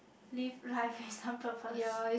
live life with some purpose